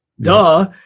duh